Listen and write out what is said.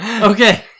Okay